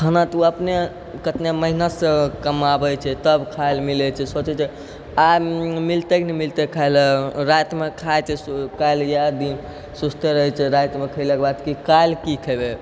खाना तऽ उ अपने कतना मेहनतसँ कमावैत छै तब खाइ लए मिलै छै सोचै छै तऽ आज मिलतै कि नहि मिलतै खाइ लए तऽ रातिमे खाइ छै काल्हि या दिन सोचिते रहै छै रातिमे खयलाके बाद कि काल्हि की खयबै